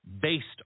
based